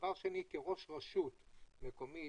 דבר שני כראש רשות מקומית,